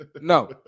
no